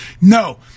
No